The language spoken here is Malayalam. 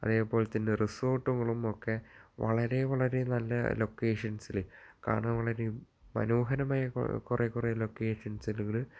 അതെപോലെ തന്നെ റിസോർട്ടുകളും ഒക്കെ വളരെ വളരെ നല്ല ലൊക്കേഷൻസിൽ കാണാൻ വളരെയും മനോഹരമായ കുറേ കുറേ ലൊക്കേഷൻസലുകൾ